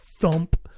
thump